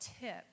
tip